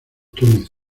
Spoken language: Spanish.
túnez